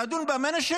לדון בנשק.